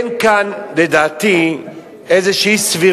אני ידעתי את הדברים והבאתי אותם לידיעת החברים בוועדה,